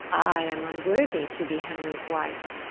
i am vnworthy to be henries wife